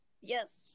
yes